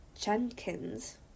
jenkins